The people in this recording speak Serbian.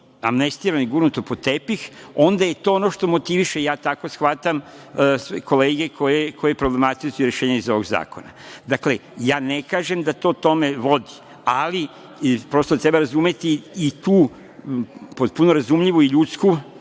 amnestirani i gurnuti pod tepih. Onda je to ono što motiviše, ja tako shvatam, kolege koje problematizuju rešenja iz ovog zakona. Dakle, ja ne kažem da to tome vodi, ali prosto treba razumeti i tu potpuno razumljivu i ljudsku